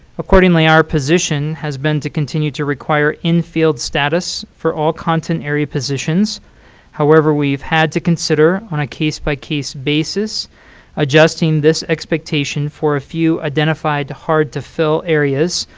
accordingly, our position has been to continue to require infield status for all content area positions however, we've had to consider on a case by case basis adjusting this expectation for a few identified hard to fill areas,